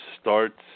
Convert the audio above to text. starts